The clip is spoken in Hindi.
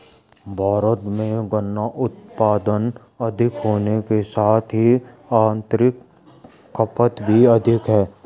भारत में गन्ना उत्पादन अधिक होने के साथ ही आतंरिक खपत भी अधिक है